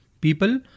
People